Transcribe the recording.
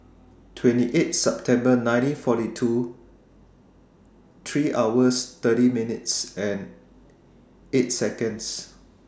twenty eight September nineteen forty two three hours thirty minutes eight Seconds